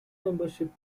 membership